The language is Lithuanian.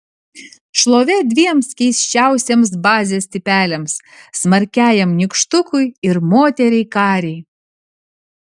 šlovė dviem keisčiausiems bazės tipeliams smarkiajam nykštukui ir moteriai karei